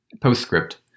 Postscript